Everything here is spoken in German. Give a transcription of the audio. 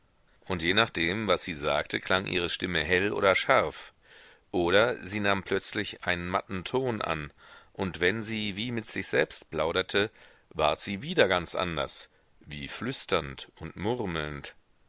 und je nachdem was sie sagte klang ihre stimme hell oder scharf oder sie nahm plötzlich einen matten ton an und wenn sie wie mit sich selbst plauderte ward sie wieder ganz anders wie flüsternd und murmelnd